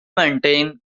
maintain